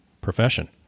profession